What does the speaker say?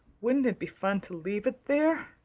wouldn't it be fun to leave it there?